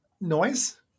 noise